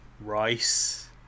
rice